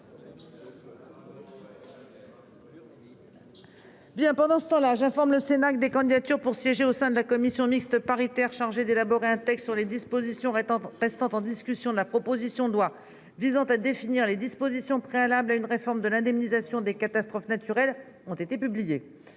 2021 est rejeté. J'informe le Sénat que des candidatures pour siéger au sein de la commission mixte paritaire chargée d'élaborer un texte sur les dispositions restant en discussion de la proposition de loi visant à définir les dispositions préalables à une réforme de l'indemnisation des catastrophes naturelles ont été publiées.